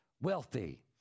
wealthy